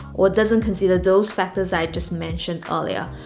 or doesn't consider those factors i just mentioned earlier.